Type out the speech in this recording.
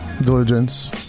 Diligence